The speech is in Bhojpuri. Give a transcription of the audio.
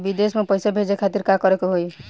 विदेश मे पैसा भेजे खातिर का करे के होयी?